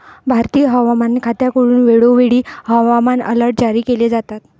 भारतीय हवामान खात्याकडून वेळोवेळी हवामान अलर्ट जारी केले जातात